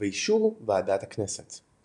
ובאישור ועדת הכנסת.